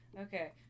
Okay